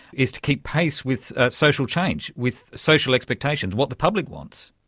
is to keep pace with social change, with social expectations, what the public wants.